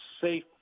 safe